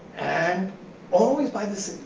and always by this